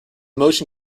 motion